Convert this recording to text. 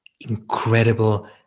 incredible